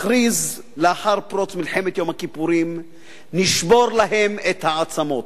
מכריז לאחר פרוץ מלחמת יום הכיפורים: נשבור להם את העצמות.